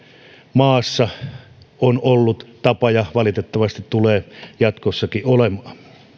maassa on ollut tapa ja valitettavasti tulee jatkossakin olemaan